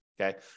okay